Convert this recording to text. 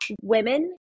women